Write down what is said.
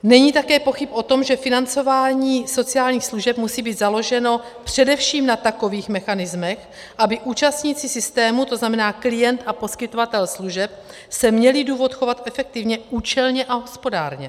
Není také pochyb o tom, že financování sociálních služeb musí být založeno především na takových mechanismech, aby účastníci systému, to znamená klient a poskytovatel služeb, se měli důvod chovat efektivně, účelně a hospodárně.